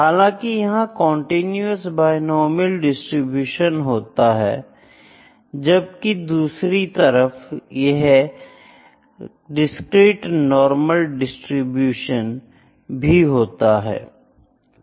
हालांकि यह continuous binomial distribution होते हैं जबकि दूसरी तरफ यह डिस्क्रीट नॉर्मल डिस्ट्रीब्यूशन भी होते हैं